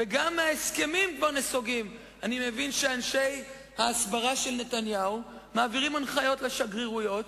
ניכנס למצב שבו אנחנו עלולים, חלילה,